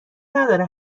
نداره